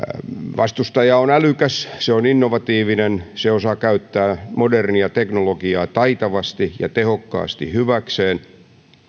vastustaja on älykäs se on innovatiivinen se osaa käyttää modernia teknologiaa taitavasti ja tehokkaasti hyväkseen